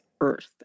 earth